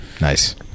Nice